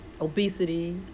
obesity